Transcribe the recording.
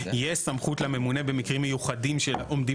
יש סמכות לממונה במקרים מיוחדים שעומדים